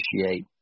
appreciate